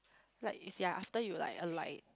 like you see ah after you like alight like